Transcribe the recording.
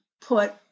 put